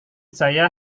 saya